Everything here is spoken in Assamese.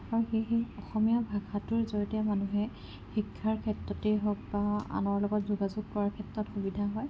আৰু সেয়েহে অসমীয়া ভাষাটোৰ জৰিয়তে মানুহে শিক্ষাৰ ক্ষেত্ৰতে হওক বা আনৰ লগত যোগাযোগ কৰাৰ ক্ষেত্ৰত সুবিধা হয়